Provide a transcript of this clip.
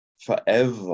forever